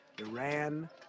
Iran